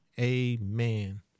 Amen